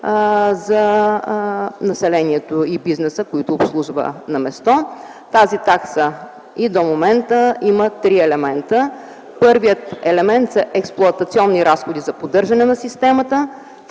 за населението и бизнеса, които се обслужват на място. Тази такса и до момента има три елемента: първият елемент са експлоатационни разходи за поддържане на системата;